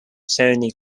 sony